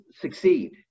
succeed